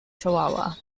chihuahua